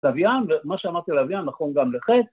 ‫לווין, ומה שאמרתי על לווין, ‫נכון גם לכך.